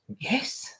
Yes